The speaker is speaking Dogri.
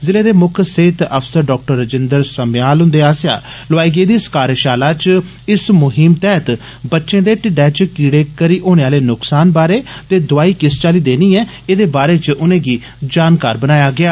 जिले दे मुक्ख सेहत अफसर डाक्टर राजेन्द्र समेयाल हुन्दे आस्सेआ लोआई गेदी इक कार्जषाला च इस मुहीम तैहत बच्चें दे टिड्डे च कीड़े करी होने आले नुक्सान बारै ते दोआई किष चाल्ली देनी लोड़चदी दे बारै च उनेंगी जानकार बनाया गेआ